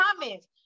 comments